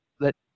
let